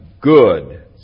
good